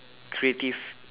creative